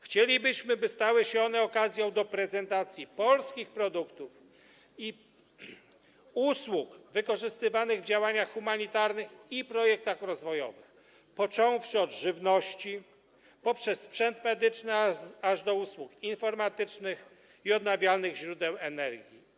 Chcielibyśmy, by stały się one okazją do prezentacji polskich produktów i usług wykorzystywanych w działaniach humanitarnych i projektach rozwojowych, począwszy od żywności poprzez sprzęt medyczny aż po usługi informatyczne i odnawialne źródła energii.